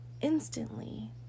instantly